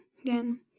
again